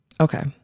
Okay